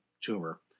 tumor